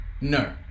No